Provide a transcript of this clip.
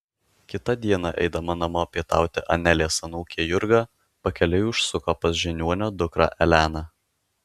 kitą dieną eidama namo pietauti anelės anūkė jurga pakeliui užsuko pas žiniuonio dukrą eleną